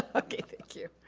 ah okay, thank you.